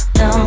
no